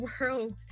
world